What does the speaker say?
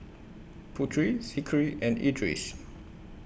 Putri Zikri and Idris